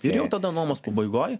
ir jau tada nuomos pabaigoj